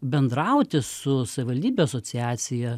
bendrauti su savivaldybių asociacija